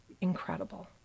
incredible